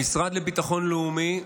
המשרד לביטחון לאומי,